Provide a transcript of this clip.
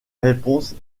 réponses